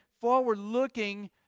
forward-looking